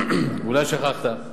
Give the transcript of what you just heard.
אולי שכחת,